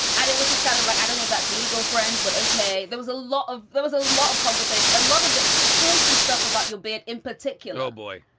and it was just kind of like, i don't know if that's legal, friend, but. ok. there was a lot of there was a lot of conversation, a lot of filthy stuff about your bed in particular. oh, boy.